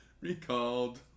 recalled